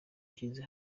ishyize